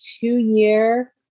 two-year